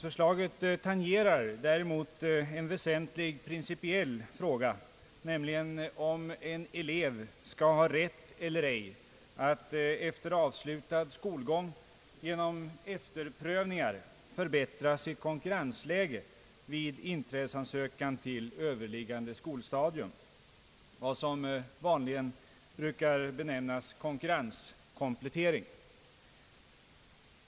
Förslaget tangerar däremot en väsentlig principiell fråga, nämligen om en elev skall ha rätt eller ej att efter avslutad skolgång genom efterprövningar förbättra sitt konkurrensläge vid inträdesansökan till överliggande skolstadium — alltså vad som vanligen brukar benämnas konkurrenskomplettering.